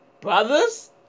brothers